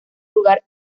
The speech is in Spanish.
lugar